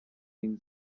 این